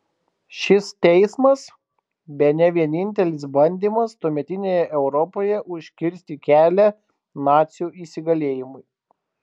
šis teismas bene vienintelis bandymas tuometinėje europoje užkirsti kelią nacių įsigalėjimui